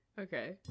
okay